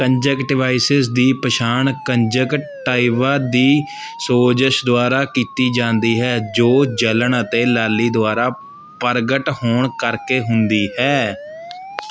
conjunctivitis ਦੀ ਪਛਾਣ conjunctiva ਦੀ ਸੋਜਸ਼ ਦੁਆਰਾ ਕੀਤੀ ਜਾਂਦੀ ਹੈ ਜੋ ਜਲਣ ਅਤੇ ਲਾਲੀ ਦੁਆਰਾ ਪ੍ਰਗਟ ਹੋਣ ਕਰਕੇ ਹੁੰਦੀ ਹੈ